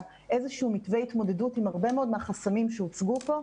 איזשהו מתווה התמודדות עם הרבה מאוד מהחסמים שהוצגו פה.